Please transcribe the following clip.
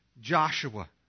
Joshua